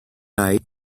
night